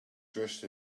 dressed